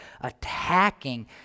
attacking